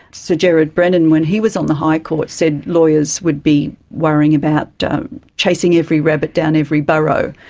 sir gerard brennan, when he was on the high court said lawyers would be worrying about chasing every rabbit down every burrow,